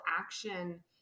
action